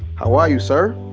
how are you, sir?